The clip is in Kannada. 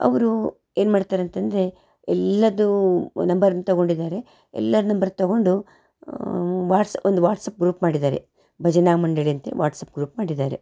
ಅವ್ರು ಏನು ಮಾಡ್ತಾರೆ ಅಂತ ಅಂದರೆ ಎಲ್ಲರದ್ದೂ ನಂಬರನ್ನು ತೊಗೊಂಡಿದ್ದಾರೆ ಎಲ್ಲರ ನಂಬರ್ ತೊಗೊಂಡು ವಾಟ್ಸ್ ಒಂದು ವಾಟ್ಸಪ್ ಗ್ರೂಪ್ ಮಾಡಿದ್ದಾರೆ ಭಜನಾ ಮಂಡಳಿ ಅಂತೇಳಿ ವಾಟ್ಸಪ್ ಗ್ರೂಪ್ ಮಾಡಿದ್ದಾರೆ